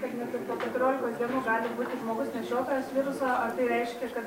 kad net ir po keturiolikos dienų gali būti žmogus nešiotojas viruso ar tai reiškia kad